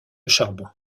charbon